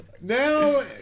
Now